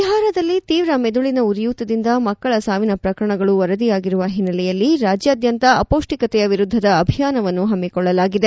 ಬಿಹಾರದಲ್ಲಿ ತೀವ್ರ ಮೆದುಳಿನ ಉರಿಯೂತದಿಂದ ಮಕ್ಕಳ ಸಾವಿನ ಪ್ರಕರಣಗಳು ವರದಿಯಾಗಿರುವ ಹಿನ್ನೆಲೆಯಲ್ಲಿ ರಾಜ್ಯಾದ್ಯಂತ ಅಪೌಷ್ಠಿಕತೆಯ ವಿರುದ್ದದ ಅಭಿಯಾನವನ್ನು ಹಮ್ಮಿಕೊಳ್ಳಲಾಗಿದೆ